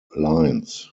lines